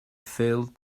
failed